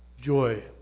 joy